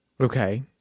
Okay